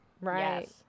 Right